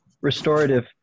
restorative